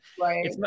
right